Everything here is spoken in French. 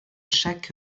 chaque